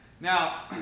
Now